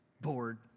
Bored